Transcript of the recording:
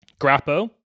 Grappo